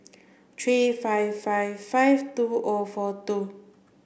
three five five five two O four two